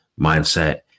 mindset